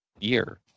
year